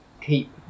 Keep